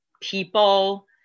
people